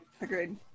Agreed